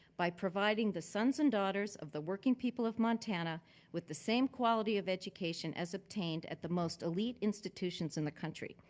by providing the sons and daughters of the working people of montana with the same quality of education as obtained at the most elite institutions in the country.